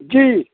जी